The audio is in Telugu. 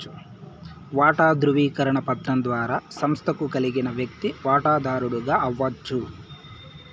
వాటా దృవీకరణ పత్రం ద్వారా సంస్తకు కలిగిన వ్యక్తి వాటదారుడు అవచ్చు